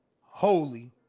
Holy